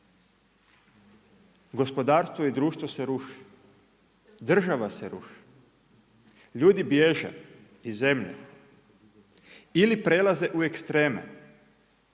gospodarstvo i društvo se ruši. Država se ruši. Ljudi bježe iz zemlje ili prelaze u ekstreme.